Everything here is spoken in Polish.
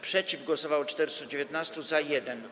Przeciw głosowało 419, za - 1.